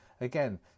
again